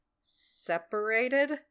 separated